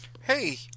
Hey